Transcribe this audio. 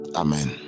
amen